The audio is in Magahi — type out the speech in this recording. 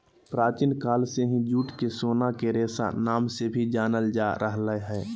प्राचीन काल से ही जूट के सोना के रेशा नाम से भी जानल जा रहल हय